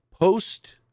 post